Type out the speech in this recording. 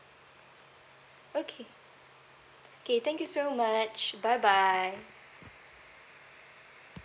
okay K thank you so much bye bye